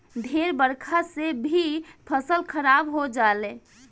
ढेर बरखा से भी फसल खराब हो जाले